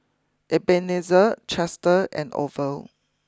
Ebenezer Chester and Orvel